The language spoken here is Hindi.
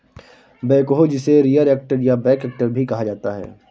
बैकहो जिसे रियर एक्टर या बैक एक्टर भी कहा जाता है